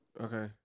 Okay